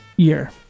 year